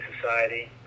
society